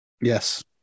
Yes